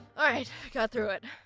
alright, got through it.